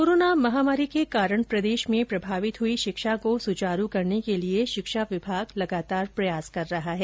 corona महामारी के कारण प्रदेश में प्रभावित हुई शिक्षा को सुचारू करने के लिए शिक्षा विभाग प्रयास कर रहा है